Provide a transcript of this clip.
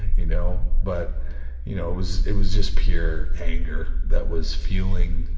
you know, but you know, it was, it was just pure anger, that was fueling,